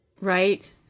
Right